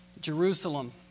Jerusalem